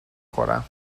خورم